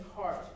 heart